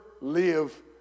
live